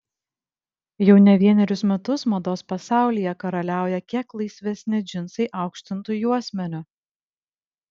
jau ne vienerius metus mados pasaulyje karaliauja kiek laisvesni džinsai aukštintu juosmeniu